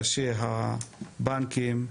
ראשי הבנקים,